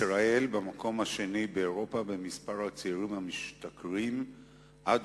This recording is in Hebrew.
ישראל במקום השני באירופה במספר הצעירים המשתכרים עד